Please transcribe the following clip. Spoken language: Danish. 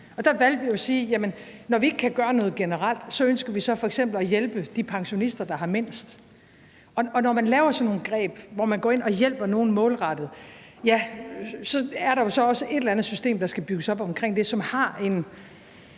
Der valgte vi jo at sige: Når vi ikke kan gøre noget generelt, ønsker vi f.eks. at hjælpe de pensionister, der har mindst. Og når man laver sådan nogle greb, hvor man går ind og hjælper nogle målrettet, ja, så er der jo også et eller andet system, der skal bygges op omkring det, som har en